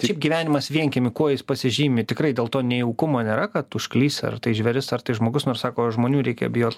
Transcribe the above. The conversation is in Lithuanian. šiaip gyvenimas vienkiemy kuo jis pasižymi tikrai dėl to nejaukumo nėra kad užklys ar tai žvėris ar tai žmogus nors sako žmonių reikia bijot